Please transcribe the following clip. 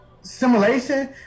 simulation